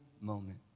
moment